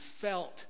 felt